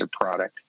product